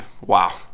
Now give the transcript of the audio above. Wow